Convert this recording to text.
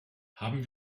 haben